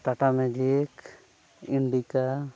Tata magic Indica